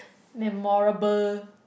memorable